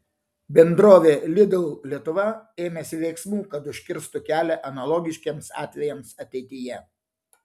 bendrovė lidl lietuva ėmėsi veiksmų kad užkirstų kelią analogiškiems atvejams ateityje